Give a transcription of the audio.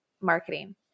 marketing